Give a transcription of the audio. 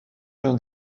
l’un